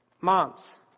moms